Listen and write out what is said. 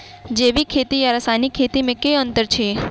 जैविक खेती आ रासायनिक खेती मे केँ अंतर छै?